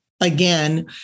again